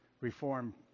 Reform